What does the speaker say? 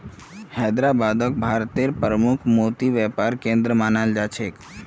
हैदराबादक भारतेर प्रमुख मोती व्यापार केंद्र मानाल जा छेक